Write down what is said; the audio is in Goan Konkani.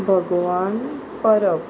भगवान परब